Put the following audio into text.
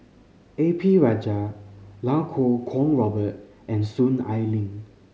A P Rajah Iau Kuo Kwong Robert and Soon Ai Ling